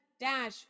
Dash